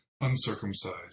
uncircumcised